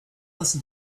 listen